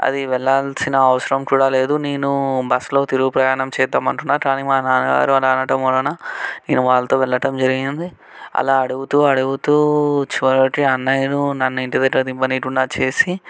అది వెళ్ళాల్సిన అవసరం కూడా లేదు నేను బస్సులో తిరుగు ప్రయాణం చేద్దాము అనుకున్నాను కానీ మా నాన్నగారు అలా అనడం వలన నేను వాళ్ళతో వెళ్ళటం జరిగింది అలా అడుగుతూ అడుగుతూ చివరి వరకు అన్నయ్యను నన్ను ఇంటి దగ్గర దించనీయకుండా చేసి